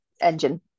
engine